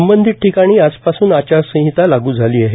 संबंधित ठिकाणी आजपासून आचारसंहिता लागू झाली आहे